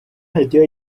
radiyo